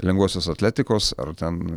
lengvosios atletikos ar ten